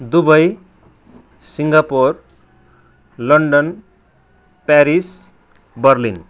Dubai Singapore London Paris Berlin